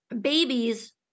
babies